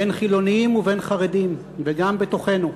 בין חילונים ובין חרדים, וגם בתוכנו.